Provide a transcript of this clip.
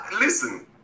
listen